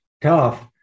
tough